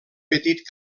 petit